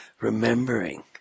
remembering